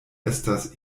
estas